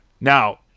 Now